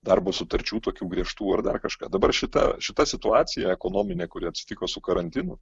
darbo sutarčių tokių griežtų ir dar kažką dabar šita šita situacija ekonominė kuri atsitiko su karantinu